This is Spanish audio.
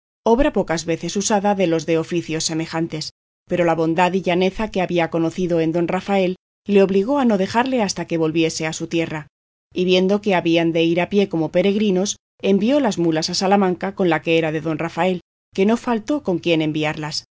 teodosia y aun calvete el mozo de mulas obra pocas veces usada de los de oficios semejantes pero la bondad y llaneza que había conocido en don rafael le obligó a no dejarle hasta que volviese a su tierra y viendo que habían de ir a pie como peregrinos envió las mulas a salamanca con la que era de don rafael que no faltó con quien enviarlas